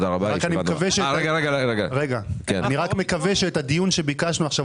אני מקווה שאת הדיון שביקשנו עכשיו,